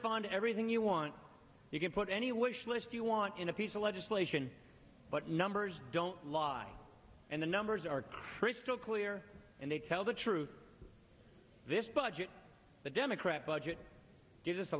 fund everything you want you can put any wish list you want in a piece of legislation but numbers don't lie and the numbers are crystal clear and they tell the truth this budget the democrat budget gives us the